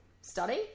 study